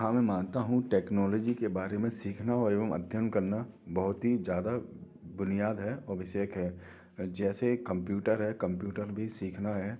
हाँ मैं मानता हूँ टेकनोलोजी के बारे में सीखना एवं अध्ययन करना बहुत ही ज़्यादा बुनियाद है अभिशेक है जैसे कंप्यूटर है कंप्यूटर भी सीखना है